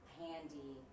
handy